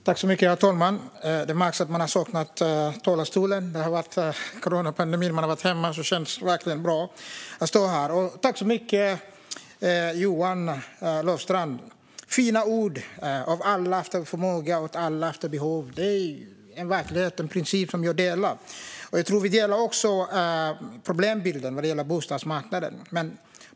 Herr talman! Det märks att man har saknat talarstolen. Det har varit coronapandemi och man har varit hemma, så det känns verkligen bra att stå här. Tack så mycket, Johan Löfstrand, för fina ord! Av alla efter förmåga, åt alla efter behov - det är verkligen en princip som jag delar. Jag tror också att vi delar problembilden vad gäller bostadsmarknaden.